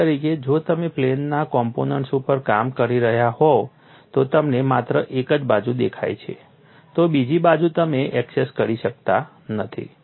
દાખલા તરીકે જો તમે પ્લેનના કોમ્પોનન્ટ્સ ઉપર કામ કરી રહ્યા હોવ તો તમને માત્ર એક જ બાજુ દેખાય છે તો બીજી બાજુ તમે એક્સેસ કરી શકતા નથી